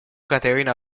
caterina